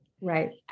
Right